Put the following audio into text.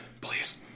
please